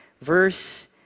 verse